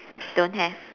don't have